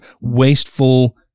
wasteful